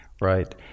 Right